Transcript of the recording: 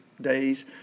days